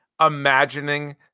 imagining